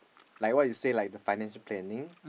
like what you say like finance planning